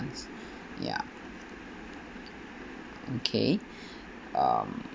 ya okay um